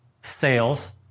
sales